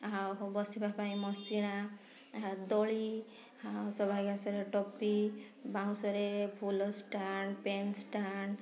ଆଉ ବସିବା ପାଇଁ ମସିଣା ଦୋଳି ଆଉ ସବାଇ ଘାସରେ ଟୋପି ବାଉଁଶରେ ଫୁଲ ଷ୍ଟାଣ୍ଡ୍ ପେନ୍ ଷ୍ଟାଣ୍ଡ୍